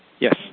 Yes